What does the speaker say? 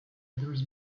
others